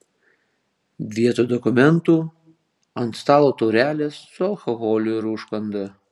vietoj dokumentų ant stalo taurelės su alkoholiu ir užkanda